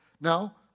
Now